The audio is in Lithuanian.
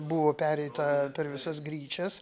buvo pereita per visas gryčias